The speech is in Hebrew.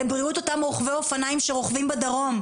לבריאות אותם רוכבי אופניים שרוכבים בדרום.